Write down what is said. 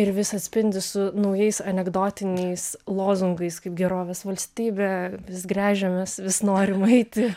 ir vis atspindi su naujais anekdotiniais lozungais kaip gerovės valstybė vis gręžiamės vis norim eiti